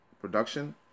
production